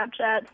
Snapchat